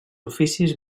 oficis